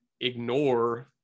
ignore